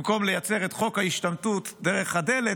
במקום לייצר את חוק ההשתמטות דרך הדלת,